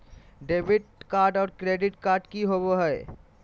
Debit card और credit card की होवे हय?